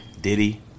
Diddy